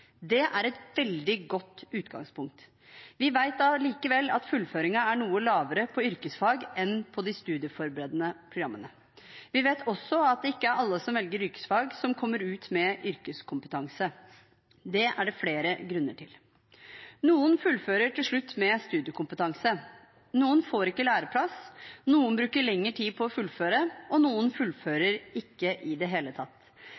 Det er et veldig godt utgangspunkt. Vi vet allikevel at fullføringen er noe lavere på yrkesfag enn på de studieforberedende programmene. Vi vet også at ikke alle som velger yrkesfag, kommer ut med yrkeskompetanse. Det er det flere grunner til. Noen fullfører til slutt med studiekompetanse, noen får ikke læreplass, noen bruker lengre tid på å fullføre, og noen fullfører ikke i det hele tatt.